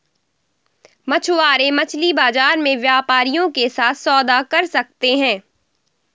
मछुआरे मछली बाजार में व्यापारियों के साथ सौदा कर सकते हैं